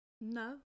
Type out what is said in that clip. No